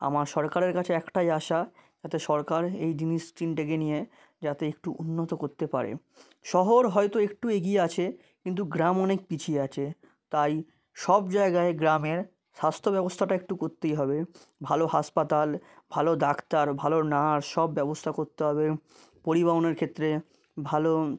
আমার সরকারের কাছে একটাই আশা যাতে সরকার এই জিনিস তিনটেকে নিয়ে যাতে একটু উন্নত করতে পারে শহর হয়তো একটু এগিয়ে আছে কিন্তু গ্রাম অনেক পিছিয়ে আছে তাই সব জায়গায় গ্রামের স্বাস্থ্য ব্যবস্থাটা একটু করতেই হবে ভালো হাসপাতাল ভালো ডাক্তার ভালো নার্স সব ব্যবস্থা করতে হবে পরিবহণের ক্ষেত্রে ভালো